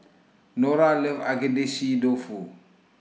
Nora loves Agedashi Dofu